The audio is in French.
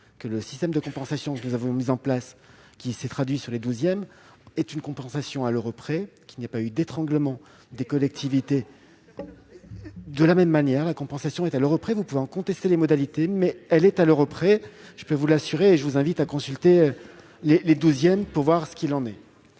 que le système de compensation que nous avons mis en place, qui s'est traduit sur les douzièmes, permet une compensation à l'euro près ; il n'y a pas eu d'étranglement des collectivités. des départements ? De la même manière : la compensation se fait à l'euro près. Vous pouvez en contester les modalités, mais tel est bien le cas, je vous l'assure. Je vous invite à consulter les douzièmes pour voir ce qu'il en.